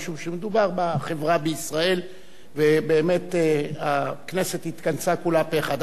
משום שמדובר בחברה בישראל ובאמת הכנסת כולה התכנסה פה-אחד.